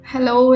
Hello